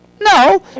No